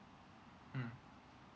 mm